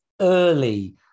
early